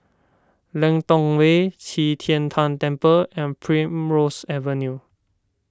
Lentor Way Qi Tian Tan Temple and Primrose Avenue